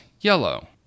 yellow